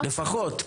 לפחות.